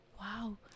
wow